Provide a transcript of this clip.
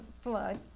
flood